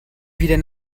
wieder